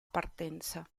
partenza